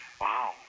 Wow